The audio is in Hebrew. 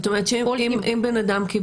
זאת אומרת שאם בן אדם,